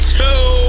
two